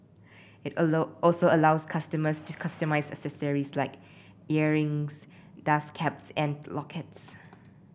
it also allows customers to customise accessories like earrings dust caps and lockets